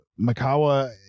makawa